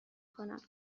کنم